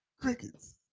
Crickets